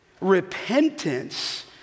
Repentance